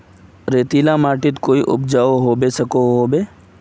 रेतीला माटित कोई उपजाऊ होबे सकोहो होबे?